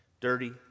dirty